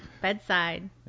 bedside